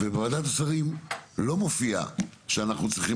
בוועדת השרים לא מופיע שאנחנו צריכים